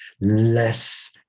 less